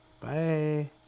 Bye